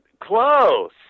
Close